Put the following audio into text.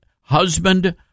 husband